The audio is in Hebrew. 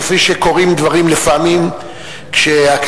כפי שקורים דברים לפעמים כשהכנסת,